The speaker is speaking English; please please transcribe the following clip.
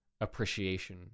appreciation